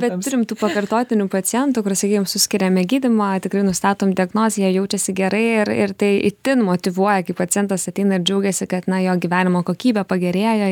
bet turim tų pakartotinių pacientų kur sakykim suskiriame gydymą tikrai nustatom diagnozę jie jaučiasi gerai ir ir tai itin motyvuoja kai pacientas ateina ir džiaugiasi kad na jo gyvenimo kokybė pagerėjo